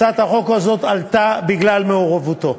הצעת החוק הזאת עלתה בגלל מעורבותו.